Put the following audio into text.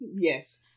yes